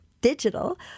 digital